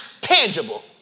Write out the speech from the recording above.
Tangible